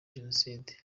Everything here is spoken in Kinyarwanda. jenoside